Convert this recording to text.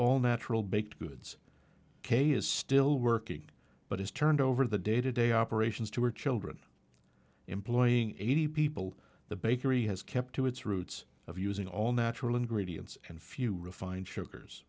all natural baked goods k is still working but has turned over the day to day operations to her children employing eighty people the bakery has kept to its roots of using all natural ingredients and few refined sugar